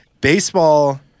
Baseball